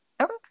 okay